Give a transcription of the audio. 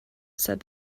said